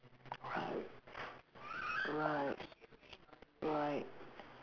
right right right